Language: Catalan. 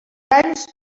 anys